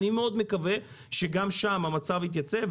אני מקווה מאוד שגם שם המצב יתייצב.